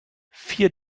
vier